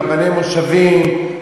רבני מושבים,